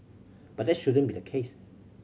but that shouldn't be the case